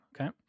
Okay